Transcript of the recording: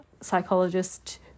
psychologist